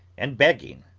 and begging,